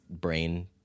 brain